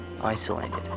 isolated